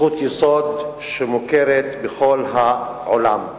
שמוכרת בכל העולם,